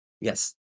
Yes